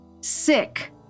Sick